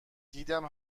دیدم